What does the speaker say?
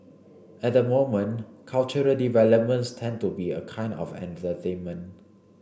at the moment cultural developments tend to be a kind of entertainment